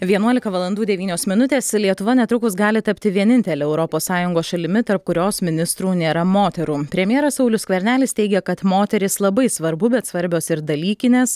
vienuolika valandų devynios minutės lietuva netrukus gali tapti vienintele europos sąjungos šalimi tarp kurios ministrų nėra moterų premjeras saulius skvernelis teigia kad moterys labai svarbu bet svarbios ir dalykinės